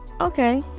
okay